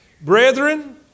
Brethren